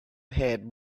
had